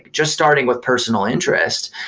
just starting with personal interest,